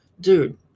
dude